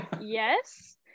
Yes